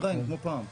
עדיין כמו פעם.